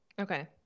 Okay